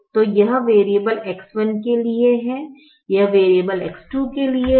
तो यह variable X1 के लिए है यह वेरिएबल X2 के लिए है